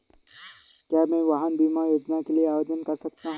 क्या मैं वाहन बीमा योजना के लिए आवेदन कर सकता हूँ?